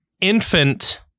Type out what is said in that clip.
infant